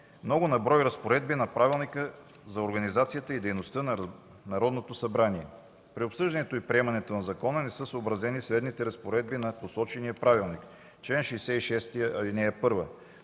много на брой разпоредби на Правилника за организацията и дейността на Народното събрание. При обсъждането и приемането на закона не са съобразени следните разпоредби на посочения Правилник: чл. 66, ал.